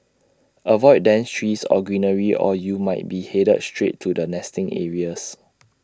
avoid dense trees or greenery or you might be headed straight to their nesting areas